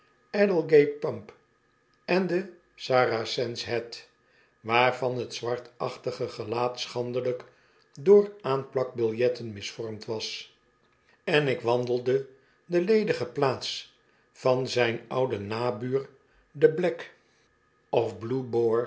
aldgate pump en de saracen's head waarvan t zwartachtige gelaat schandelijk door aanplakbiljetten misvormd was en ik wandelde de ledige plaats van zijn ouden nabuur de black of